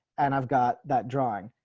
and i've got that drawing.